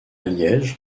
liège